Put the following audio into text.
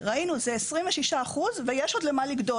ראינו שזה 26% ויש עוד למה לגדול.